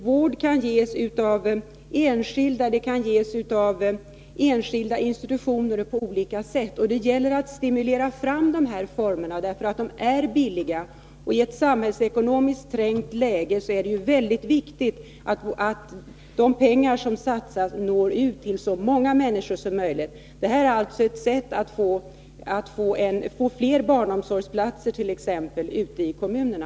Vård kan ges av enskilda personer, och den kan också ges av enskilda institutioner och på olika sätt. Det gäller att stimulera fram de här formerna, för de är billiga. I ett samhällsekonomiskt trängt läge är det mycket viktigt att de pengar som satsas når ut till så många människor som möjligt. Det här är alltså ett sätt att få fler barnomsorgsplatser ute i kommunerna.